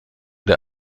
der